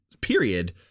period